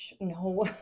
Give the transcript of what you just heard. No